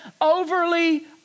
Overly